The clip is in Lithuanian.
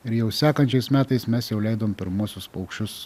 ir jau sekančiais metais mes jau leidom pirmuosius paukščius